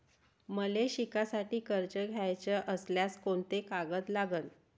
मले शिकासाठी कर्ज घ्याचं असल्यास कोंते कागद लागन?